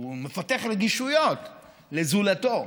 הוא מפתח רגישויות לזולתו.